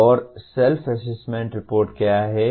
और self assessment report क्या है